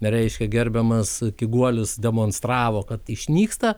reiškia gerbiamas kiguolis demonstravo kad išnyksta